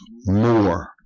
more